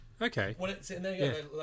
Okay